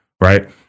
right